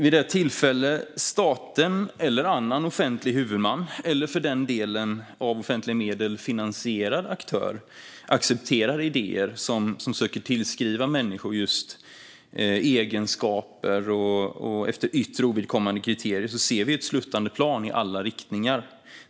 Vid det tillfälle staten eller en annan offentlig huvudman, eller för den delen en med offentliga medel finansierad aktör, accepterar idéer som söker tillskriva människor egenskaper efter yttre ovidkommande kriterier ser vi ett sluttande plan i alla riktningar.